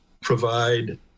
provide